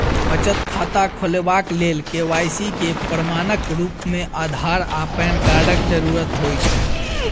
बचत खाता खोलेबाक लेल के.वाई.सी केँ प्रमाणक रूप मेँ अधार आ पैन कार्डक जरूरत होइ छै